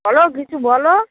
বলো কিছু বলো